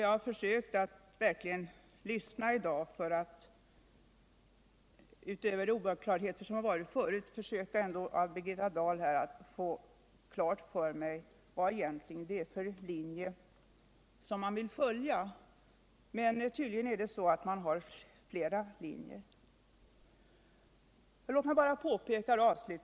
Jag har i dag verkligen lyssnat till Birgitta Dahl för att försöka få klart för mig vilken linje man vill följa. Men tydligen är det så att man har flera linjer.